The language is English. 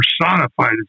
personified